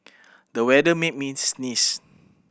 the weather made me sneeze